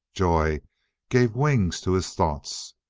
joy gave wings to his thoughts.